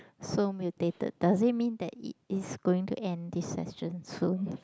so mutated does it mean that it is going to end this session soon